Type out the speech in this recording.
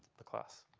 the class?